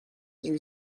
there